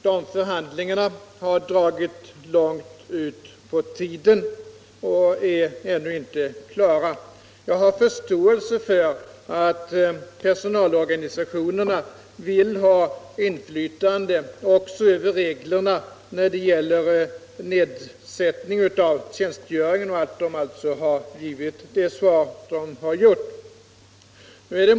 De förhandlingarna har dragit ut på tiden och är ännu inte klara. Jag har förståelse för att personalorganisationerna vill ha inflytande också över reglerna när det gäller nedsättning av tjänstgöringen och att de alltså har givit det svar som de har gjort.